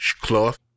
cloth